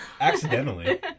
Accidentally